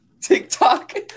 TikTok